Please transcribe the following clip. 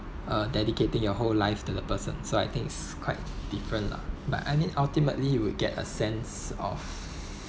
uh dedicating your whole life to the person so I think it's quite different lah but I mean ultimately you will get a sense of